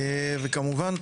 וכמובן,